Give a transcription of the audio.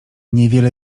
niewiele